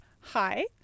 hi